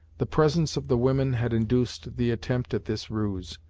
the presence of the women had induced the attempt at this ruse,